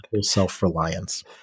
self-reliance